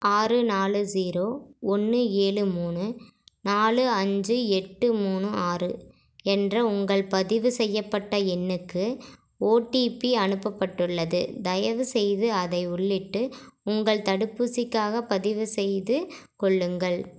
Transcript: ஆறு நாலு ஸீரோ ஒன்று ஏழு மூணு நாலு அஞ்சு எட்டு மூணு ஆறு என்ற உங்கள் பதிவு செய்யப்பட்ட எண்ணுக்கு ஒடிபி அனுப்பப்பட்டுள்ளது தயவுசெய்து அதை உள்ளிட்டு உங்கள் தடுப்பூசிக்காக பதிவுசெய்து கொள்ளுங்கள்